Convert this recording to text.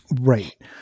Right